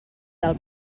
del